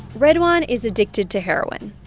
ridwan is addicted to heroin.